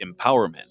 empowerment